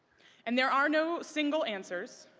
and there are no single answers.